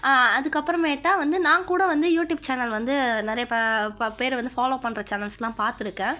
அதுக்கப்புறம்மேட்டா வந்து நான் கூட வந்து யூட்யூப் சேனல் வந்து நிறைய ப பேரை வந்து ஃபாலோ பண்ணுற சேனல்ஸெலாம் பார்த்துருக்கேன்